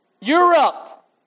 Europe